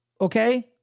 Okay